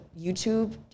YouTube